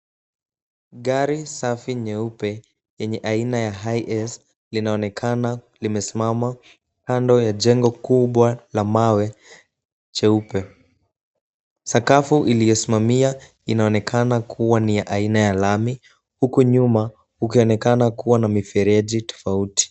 Gari safi nyeupe yenye aina ya HS linaonekana limesimama kando ya jengo kubwa la mawe cheupe. Sakafu iliyosimamia inaonekana kuwa ni ya aina ya lami, huku nyuma kukionekana kuwa na mifereji tofauti.